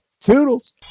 Toodles